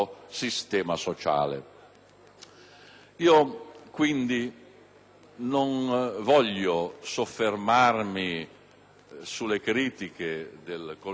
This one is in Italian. sociale. Non voglio soffermarmi sulle critiche del collega e neanche